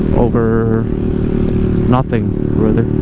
over nothing really